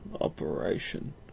Operation